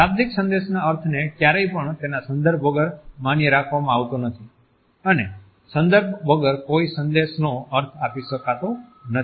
શાબ્દિક સંદેશના અર્થને કયારેય પણ તેના સંદર્ભ વગર માન્ય રાખવામાં આવતો નથી અને સંદર્ભ વગર કોઈ સંદેશનો અર્થ આપી શકતો નથી